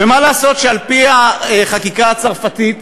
ומה לעשות שעל-פי החקיקה הצרפתית,